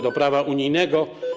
do prawa unijnego.